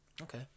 Okay